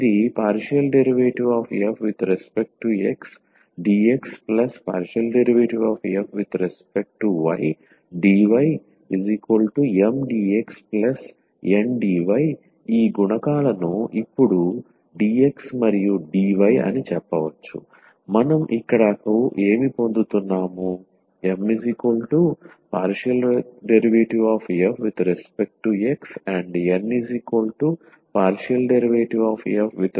ఇది ∂f∂xdx∂f∂ydyMdxNdy ఈ గుణకాలను ఇప్పుడు dx మరియు dy అని చెప్పవచ్చు మనం ఇక్కడకు ఏమి పొందుతున్నాము M∂f∂x and N∂f∂y